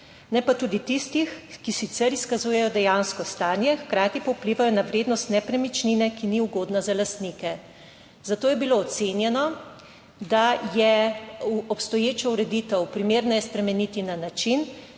ne pa tudi tistih, ki sicer izkazujejo dejansko stanje, hkrati pa vplivajo na vrednost nepremičnine, ki ni ugodna za lastnike. Zato je bilo ocenjeno, da je obstoječo ureditev primerneje spremeniti na način,